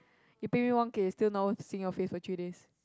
you pay me one K it's still not worth seeing your face for three days